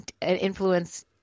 influence